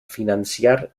financiar